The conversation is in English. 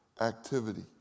activity